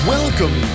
Welcome